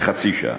כחצי שעה.